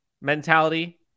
mentality